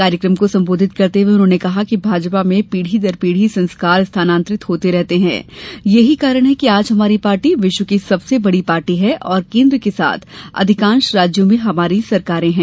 कार्यक्रम को संबोधित करते हुए उन्होंने कहा कि भाजपा में पीढी दर पीढी संस्कार स्थानांतरित होते रहते है यही कारण है कि आज हमारी पार्टी विश्व की सबसे बडी पार्टी है और केन्द्र के साथ अधिकांश राज्यों में हमारी सरकारें है